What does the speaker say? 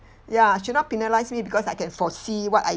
ya should not penalise me because I can foresee what I